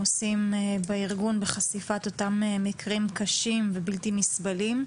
עושים בארגון בחשיפת אותם מקרים קשים ובלתי נסבלים.